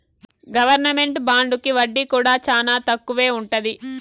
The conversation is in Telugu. గవర్నమెంట్ బాండుకి వడ్డీ కూడా చానా తక్కువే ఉంటది